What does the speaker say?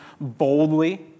boldly